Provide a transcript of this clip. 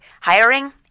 Hiring